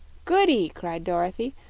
goody! cried dorothy.